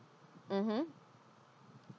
mmhmm